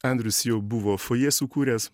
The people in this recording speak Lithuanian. andrius jau buvo fojė sukūręs